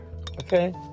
okay